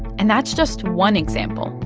and that's just one example.